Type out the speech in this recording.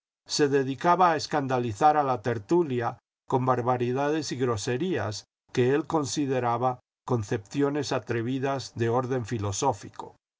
se dedicaba a escandalizar a la tertulia con barbaridades y groserías que él consideraba concepciones atrevidas de orden filosófico